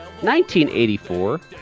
1984